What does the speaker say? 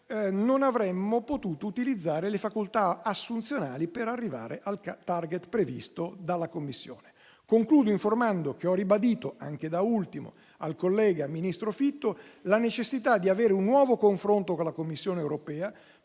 non avremmo potuto utilizzare le facoltà assunzionali per arrivare al *target* previsto dalla Commissione. Concludo informando che ho ribadito - anche da ultimo al collega ministro Fitto - la necessità di avere un nuovo confronto con la Commissione europea